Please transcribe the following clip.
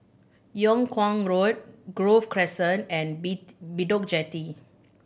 Yung Kuang Road Grove Crescent and Bedok Jetty